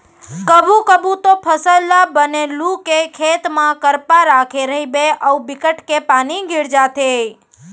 कभू कभू तो फसल ल बने लू के खेत म करपा राखे रहिबे अउ बिकट के पानी गिर जाथे